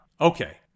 Okay